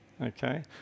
Okay